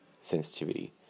sensitivity